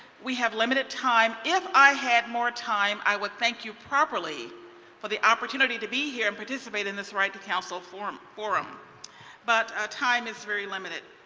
we have limited time. if i had more time, i would thank you properly for the opportunity to be here and participate in this right to counsel forum, but ah time is very limited.